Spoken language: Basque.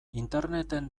interneten